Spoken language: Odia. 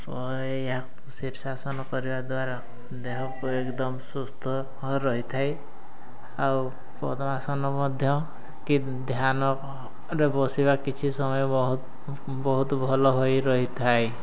ଶୀର୍ଶାସନ କରିବା ଦ୍ୱାରା ଦେହକୁ ଏକଦମ୍ ସୁସ୍ଥ ରହିଥାଏ ଆଉ ପଦ୍ମାସନ ମଧ୍ୟ କି ଧ୍ୟାନରେ ବସିବା କିଛି ସମୟ ବହୁତ ବହୁତ ଭଲ ହୋଇ ରହିଥାଏ